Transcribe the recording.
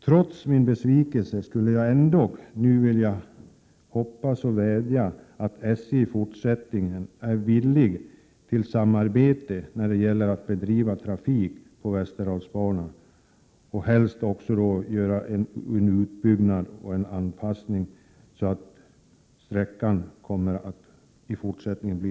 Trots min besvikelse skulle jag nu vilja hoppas på att SJ i fortsättningen är villigt till samarbete när det gäller att bedriva trafik på Västerdalsbanan och inte gör allt för att motarbeta den trafik som ändock En framtidsinriktad finns på sträckan fram till Malung.